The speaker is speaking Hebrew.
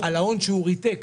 על ההון שהוא ריתק,